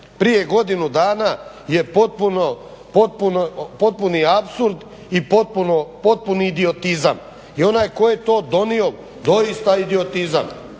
prije godinu dana je potpuni apsurd i potpuni idiotizam i onaj tko je to donio doista idiotizam.